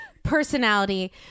Personality